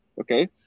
okay